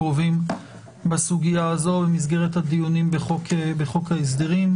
הקרובים בסוגיה הזו במסגרת הדיונים בחוק ההסדרים.